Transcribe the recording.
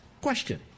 question